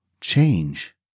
change